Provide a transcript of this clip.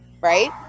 right